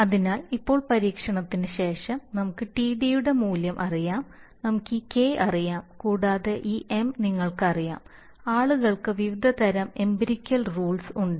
അതിനാൽ ഇപ്പോൾ പരീക്ഷണത്തിന് ശേഷം നമുക്ക് td യുടെ മൂല്യം അറിയാം നമുക്ക് ഈ K അറിയാം കൂടാതെ ഈ M നിങ്ങൾക്ക് അറിയാം ആളുകൾക്ക് വിവിധതരം എമ്പിറികൽ റൂൽസ് ഉണ്ട്